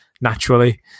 naturally